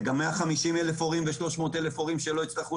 זה גם 150,000 הורים ו-300,000 הורים שלא יצטרכו